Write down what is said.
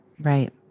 Right